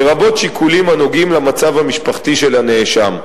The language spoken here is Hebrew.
לרבות שיקולים הנוגעים למצב המשפחתי של הנאשם.